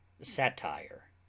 satire